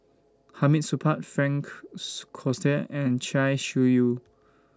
Hamid Supaat Frank's and Chia Shi Lu